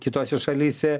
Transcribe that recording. kitose šalyse